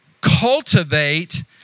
cultivate